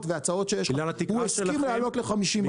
וההצעות שיש לך הוא הסכים להעלות ל-50%?